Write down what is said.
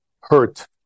hurt